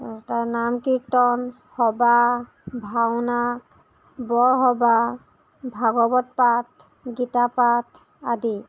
তাৰ নামকীৰ্তন সবাহ ভাওনা বৰসবাহ ভাগৱত পাঠ গীতাপাঠ আদি